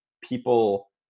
people